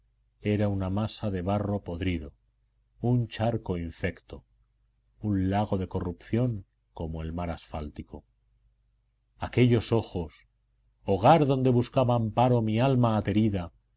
era una masa de barro podrido un charco infecto un lago de corrupción como el mar asfáltico aquellos ojos hogar donde buscaba amparo mi alma aterida